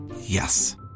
yes